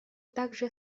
также